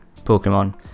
pokemon